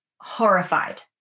horrified